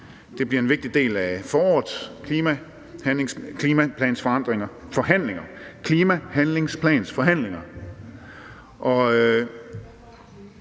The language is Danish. Det bliver en vigtig del af forårets klimahandlingsplansforhandlinger,